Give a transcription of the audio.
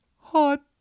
Hot